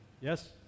yes